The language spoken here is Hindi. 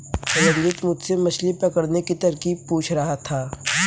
रंजित मुझसे मछली पकड़ने की तरकीब पूछ रहा था